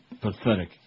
pathetic